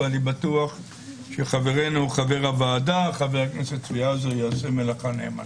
ואני בטוח שחברינו חבר הוועדה חבר הכנסת צבי האוזר יעשה מלאכה נאמנה.